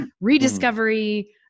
rediscovery